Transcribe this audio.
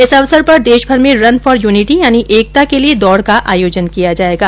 इस अवसर पर देशभर में रन फोर यूनिटी यानि एकता के लिये दौड का आयोजन किया जायेगा